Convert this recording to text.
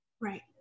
Right